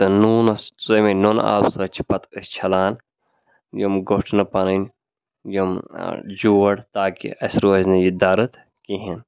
تہٕ نوٗنَس ژوٚمی نُنہٕ آبہٕ سۭتۍ چھِ پَتہٕ أسۍ چھَلان یِم گۄٹھنہٕ پَنٕنۍ یِم جوڑ تاکہِ اَسہِ روزِ نہٕ یہِ دَرد کِہیٖنۍ